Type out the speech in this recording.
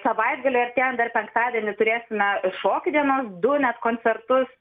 savaitgaliui artėjant dar penktadienį turėsime šokių dienos du net koncertus